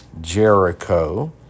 Jericho